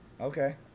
Okay